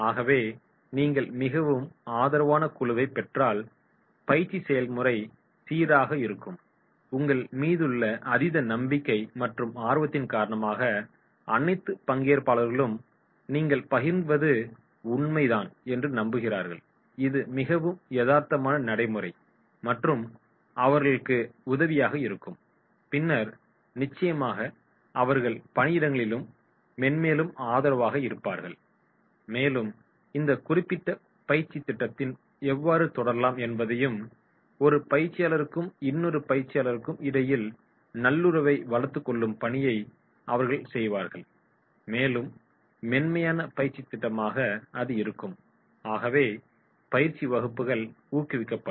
ஆகவே நீங்கள் மிகவும் ஆதரவான குழுவைப் பெற்றால் பயிற்சி செயல்முறை சீராக இருக்கும் உங்கள் மீதுள்ள அதீத நம்பிக்கை மற்றும் ஆர்வத்தின் காரணமாக அனைத்து பங்கேற்பாளர்களும் நீங்கள் பகிர்வது உண்மைதான் என்று நம்புகிறார்கள் இது மிகவும் யதார்த்தமான நடைமுறை மற்றும் அவர்களுக்கு உதவியாக இருக்கும் பின்னர் நிச்சயமாக அவர்கள் பணியிடங்களில் மென்மேலும் ஆதரவாக இருப்பார்கள் மேலும் இந்த குறிப்பிட்ட பயிற்சித் திட்டத்திதை எவ்வாறு தொடரலாம் என்பதையும் ஒரு பயிற்சியாளருக்கும் இன்னோரு பயிற்சியாளர்களுக்கும் இடையில் நல்லுறவை வளர்த்துக் கொள்ளும் பணியை அவர்கள் செய்வார்கள் மேலும் மென்மையான பயிற்சித் திட்டமாக அது இருக்கும் ஆகவே பயிற்சி வகுப்புகள் ஊக்குவிக்கப்படும்